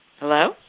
Hello